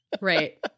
Right